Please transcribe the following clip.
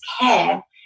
care